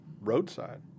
roadside